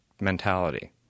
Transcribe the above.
mentality